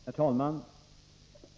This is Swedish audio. Herr talman!